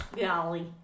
golly